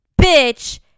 bitch